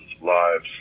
lives